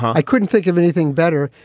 i couldn't think of anything better.